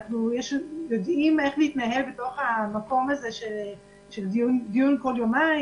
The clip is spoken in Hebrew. שיודעים איך להתנהל בתוך המקום הזה של דיון כל יומיים,